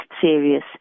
serious